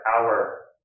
hour